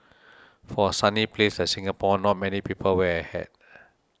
for a sunny place like Singapore not many people wear a hat